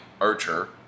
Archer